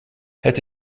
het